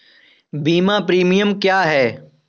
बीमा प्रीमियम क्या है?